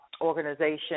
organization